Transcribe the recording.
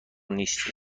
نیستین